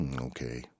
Okay